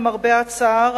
למרבה הצער,